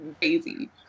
crazy